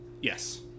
Yes